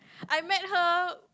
I met her